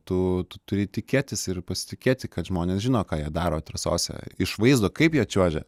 tu turi tikėtis ir pasitikėti kad žmonės žino ką jie daro trasose iš vaizdo kaip jie čiuožia